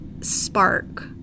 spark